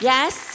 Yes